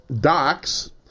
Docs